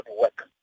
work